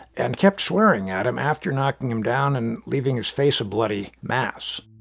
and kept swearing at him after knocking him down and leaving his face a bloody mass